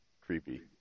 creepy